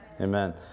Amen